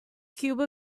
cube